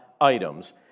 items